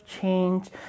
change